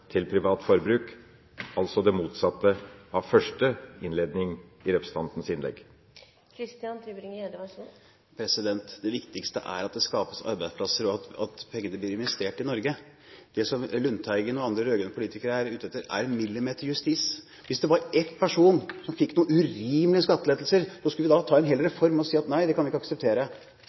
til privat forbruk – altså det motsatte av innledningen av representantens innlegg? Det viktigste er at det skapes arbeidsplasser, og at pengene blir investert i Norge. Det som Lundteigen og andre rød-grønne politikere er ute etter, er en millimeterjustis. Hvis én person skulle få noen urimelige skattelettelser, skal vi da ta en hel reform og si at nei, det kan vi ikke akseptere?